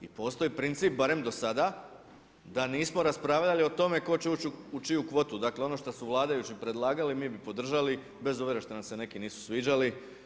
I postoji princip barem do sada da nismo raspravljali o tome tko će ući u čiju kvotu, dakle ono što su vladajući predlagali mi bi podržali bez obzira što nam se neki nisu sviđali.